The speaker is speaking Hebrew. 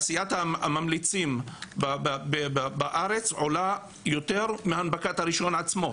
עשיית הממליצים בארץ עולה יותר מהנפקת הרישיון עצמו.